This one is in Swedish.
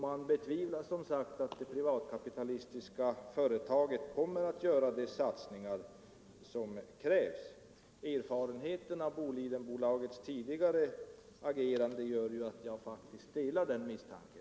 Man betvivlar att det privatkapitalistiska företaget kommer att göra de satsningar som krävs. Erfarenheten av Bolidenbolagets tidigare agerande gör att jag faktiskt delar den misstanken.